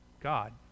God